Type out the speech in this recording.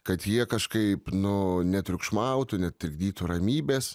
kad jie kažkaip nu netriukšmautų netrikdytų ramybės